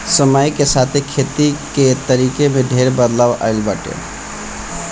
समय के साथे खेती के तरीका में ढेर बदलाव आइल बाटे